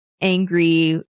angry